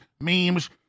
memes